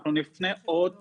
אנחנו נפנה עוד פעם.